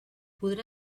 podrà